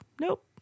nope